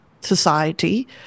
society